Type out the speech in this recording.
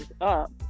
up